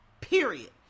period